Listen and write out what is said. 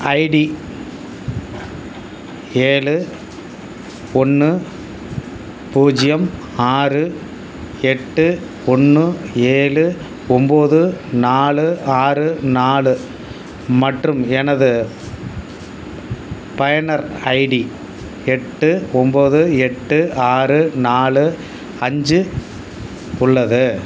ID ஏழு ஒன்று பூஜ்ஜியம் ஆறு எட்டு ஒன்று ஏழு ஒம்போது நாலு ஆறு நாலு மற்றும் எனது பயனர் ஐடி எட்டு ஒம்போது எட்டு ஆறு நாலு அஞ்சு உள்ளது